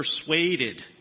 persuaded